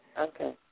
Okay